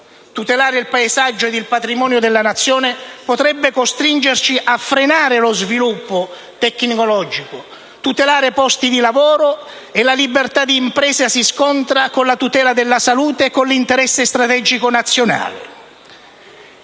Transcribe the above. Tutelare il paesaggio ed il patrimonio della Nazione potrebbe costringerci a frenare lo sviluppo tecnologico; tutelare posti di lavoro e la libertà di impresa si scontra con la tutela della salute e con l'interesse strategico nazionale.